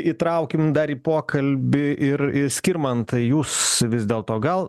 įtraukim dar į pokalbį ir skirmantą jūs vis dėlto gal